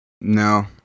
No